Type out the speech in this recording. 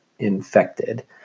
infected